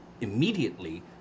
immediately